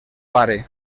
pare